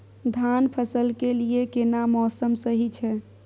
धान फसल के लिये केना मौसम सही छै?